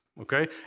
okay